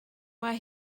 mae